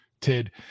Tid